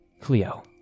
Cleo